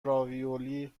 راویولی